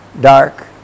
dark